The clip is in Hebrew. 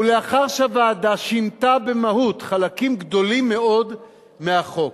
ולאחר שהוועדה שינתה במהות חלקים גדולים מאוד מהחוק,